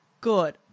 Good